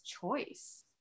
choice